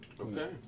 Okay